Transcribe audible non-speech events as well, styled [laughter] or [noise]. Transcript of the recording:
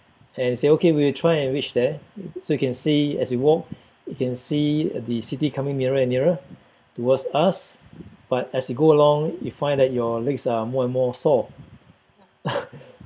and say okay we'll try and reach there so you can see as you walk you can see the city coming nearer and nearer towards us but as you go along you find that your legs are more and more sore [noise]